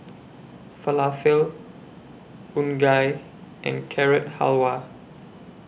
Falafel Unagi and Carrot Halwa